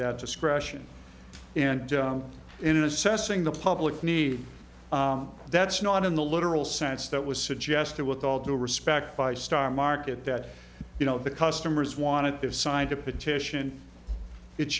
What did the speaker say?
that discretion and in assessing the public need that's not in the literal sense that was suggested with all due respect by starr market that you know the customers want to have signed a petition it's